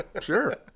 Sure